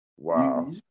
Wow